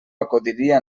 acudiria